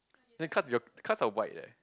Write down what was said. the cards got the cards are white leh